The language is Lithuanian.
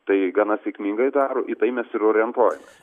tai gana sėkmingai daro į tai mes ir orientuojamės